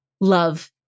love